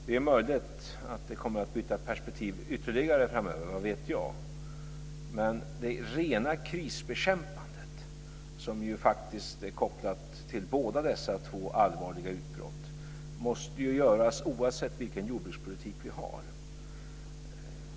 Det är möjligt att vi kommer att byta perspektiv ytterligare framöver, vad vet jag. Men det rena krisbekämpandet, som är kopplat till båda dessa två allvarliga utbrott, måste göras oavsett vilken jordbrukspolitik vi har.